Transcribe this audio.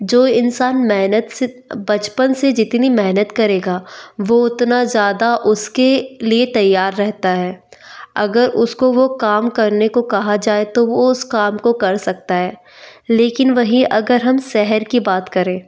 जो इंसान मेहनत से बचपन से जितनी मेहनत करेगा वह उतना ज़्यादा उसके लिए तैयार रहता है अगर उसको वह काम करने को कहा जाए तो वह उस काम को कर सकता है लेकिन वहीं अगर हम शहर की बात करें